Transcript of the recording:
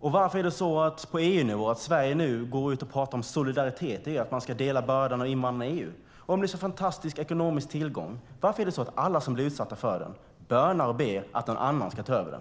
Varför är det så på EU-nivå att Sverige nu går ut och pratar om solidaritet? Det handlar om att man ska dela bördan av invandringen i EU. Om invandringen är en sådan fantastisk ekonomisk tillgång, varför är det då så att alla som blir utsatta för den bönar och ber att någon annan ska ta över?